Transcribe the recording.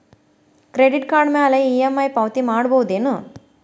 Credit card ಮ್ಯಾಲೆ EMI ಪಾವತಿ ಮಾಡ್ಬಹುದೇನು?